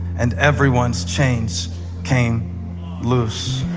and everyone's chains came loose.